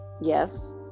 Yes